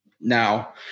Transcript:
Now